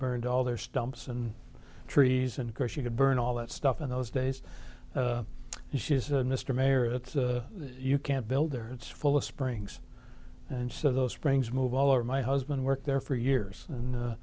burned all their stumps and trees and of course you could burn all that stuff in those days and she's a mr mayor it's you can't build there it's full of springs and so those springs move all over my husband worked there for years and